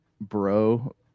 bro